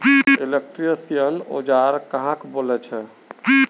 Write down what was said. Electrician औजार कहाक बोले छे?